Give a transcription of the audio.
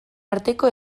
arteko